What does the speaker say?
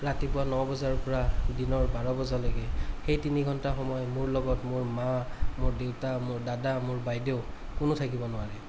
ৰাতিপুৱা ন বজাৰপৰা দিনৰ বাৰ বজালৈকে সেই তিনিঘণ্টা সময় মোৰ লগত মোৰ মা মোৰ দেউতা মোৰ দাদা মোৰ বাইদেউ কোনো থাকিব নোৱাৰে